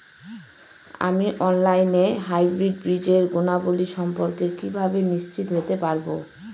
আমি অনলাইনে হাইব্রিড বীজের গুণাবলী সম্পর্কে কিভাবে নিশ্চিত হতে পারব?